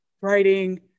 writing